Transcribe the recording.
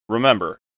Remember